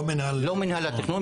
לא מינהל התכנון,